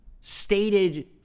stated